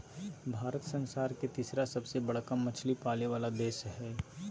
भारत संसार के तिसरा सबसे बडका मछली पाले वाला देश हइ